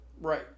Right